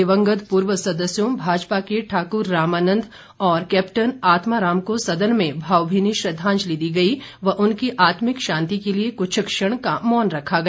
दिवंगत पूर्व सदस्यों भाजपा के ठाकुर रामानंद और कैप्टन आत्मा राम को सदन में भावभीनी श्रद्धांजलि दी गई व उनकी आत्मिक शांति के लिए कुछ क्षण का मौन रखा गया